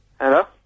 Hello